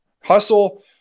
Hustle